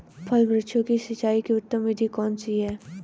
फल वृक्षों की सिंचाई की उत्तम विधि कौन सी है?